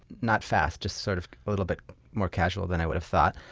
not fast, just sort of a little bit more casual than i would have thought.